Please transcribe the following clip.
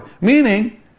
Meaning